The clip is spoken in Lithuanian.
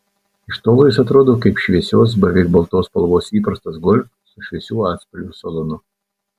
iš tolo jis atrodo kaip šviesios beveik baltos spalvos įprastas golf su šviesių atspalvių salonu